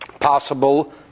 possible